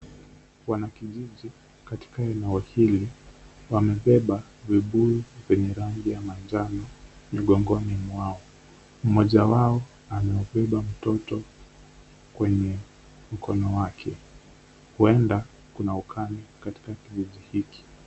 Wanakijiji katika eneo hili wamebeba vibuyu zenye rangi ya manjano migongoni mwao ,mmoja wao amebeba mtoto kwenye mkono wake ,uenda kuna ukame kwenye kijiji hiki.